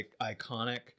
iconic